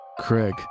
Craig